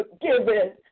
forgiven